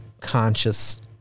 conscious